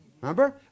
Remember